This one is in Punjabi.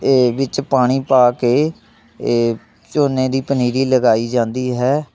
ਅਤੇ ਵਿੱਚ ਪਾਣੀ ਪਾ ਕੇ ਇਹ ਝੋਨੇ ਦੀ ਪਨੀਰੀ ਲਗਾਈ ਜਾਂਦੀ ਹੈ